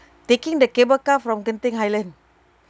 taking the cable car from genting highland